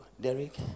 Derek